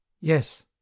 Yes